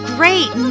Great